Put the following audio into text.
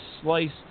sliced